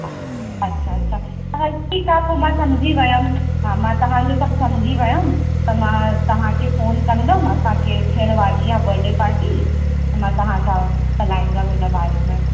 हा अच्छा अच्छा त हल ठीकु आहे पोइ मां सम्झी वियमि हा मां तव्हांजो सभु सम्झी वियमि त मां तव्हांखे फ़ोन कंदमि असांखे थियणु वारी आहे बर्थडे पार्टी त मां तव्हां सां ॻाल्हाईंदमि हिन बारे में